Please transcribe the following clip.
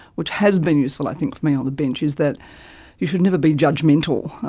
which has been useful i think for me on the bench is that you should never be judgemental.